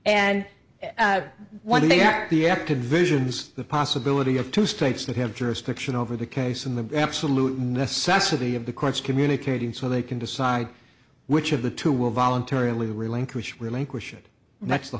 or the activision is the possibility of two states that have jurisdiction over the case in the absolute necessity of the courts communicating so they can decide which of the two will voluntarily relinquish relinquish it and that's the